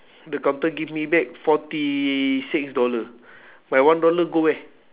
the counter give me back forty six dollar my one dollar go where